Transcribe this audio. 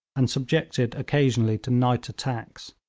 and subjected occasionally to night attacks.